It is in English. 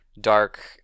dark